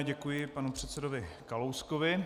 Děkuji panu předsedovi Kalouskovi.